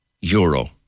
euro